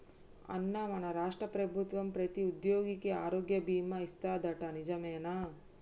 అన్నా మన రాష్ట్ర ప్రభుత్వం ప్రతి ఉద్యోగికి ఆరోగ్య బీమా ఇస్తాదట నిజమేనా